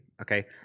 okay